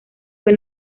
fue